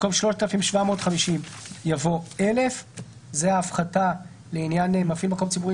במקום 3,750 יבוא 1,000. זאת הפחתה לעניין מפעיל מקום ציבורי